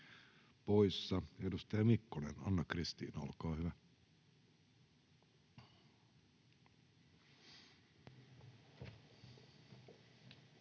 poissa. — Edustaja Mikkonen, Anna-Kristiina, olkaa hyvä.